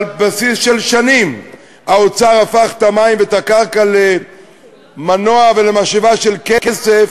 על בסיס של שנים האוצר הפך את המים ואת הקרקע למנוע ולמשאבה של כסף,